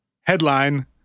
Headline